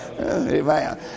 amen